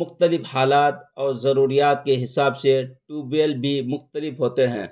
مختلف حالات اور ضروریات کے حساب سے ٹیوب ویل بھی مختلف ہوتے ہیں